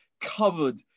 covered